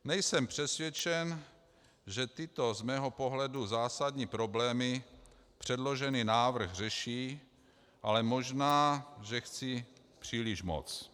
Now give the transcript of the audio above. Nejsem přesvědčen, že tyto z mého pohledu zásadní problémy předložený návrh řeší, ale možná, že chci příliš moc.